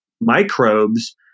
microbes